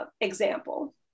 example